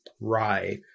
Rye